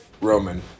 roman